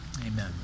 Amen